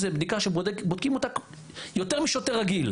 יחב"מ זו בדיקה יותר מעמיקה מבדיקה של שוטר רגיל.